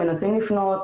מנסים לפנות,